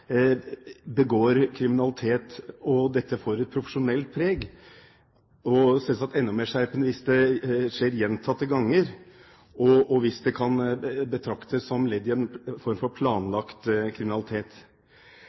begår kriminalitet og dette får et profesjonelt preg, og selvsagt enda mer skjerpende hvis det skjer gjentatte ganger, og hvis det kan betraktes som ledd i en form for